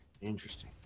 Interesting